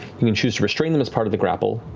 you can choose to restrain them as part of the grapple,